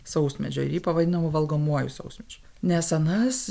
sausmedžio ir jį pavadino valgomuoju sausmedžiu nes anas